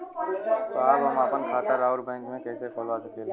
साहब हम आपन खाता राउर बैंक में कैसे खोलवा सकीला?